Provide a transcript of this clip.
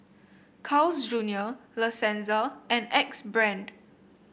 Carl's Junior La Senza and Axe Brand